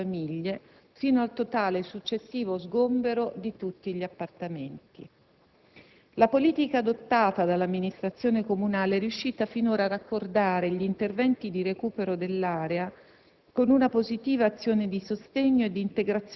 prevede un prossimo trasferimento di altre 40 famiglie fino al totale successivo sgombero di tutti gli appartamenti. La politica adottata dall'amministrazione comunale è riuscita finora a raccordare gli interventi di recupero dell'area